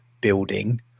building